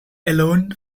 alone